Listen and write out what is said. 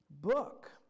book